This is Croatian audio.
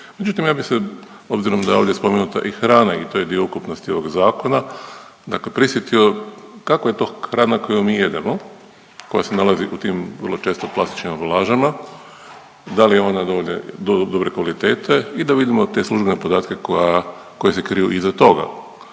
Međutim, ja bi se obzirom da je ovdje spomenuta i hrana i to je dio ukupnosti ovog zakona, dakle prisjetio kakva je to hrana koju mi jedemo koja se nalazi u tim vrlo često plastičnim ambalažama, da li je ona dovoljno dobre kvalitete i da vidimo te službene podatke koji se kriju iza toga.